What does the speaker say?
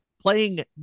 Playing